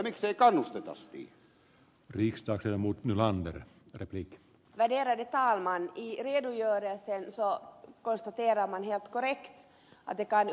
miksei kannusteta osti virosta ja muut nylander repliikit välierä edetä omaan kieleen ja sen iso osa keravan ja kari siihen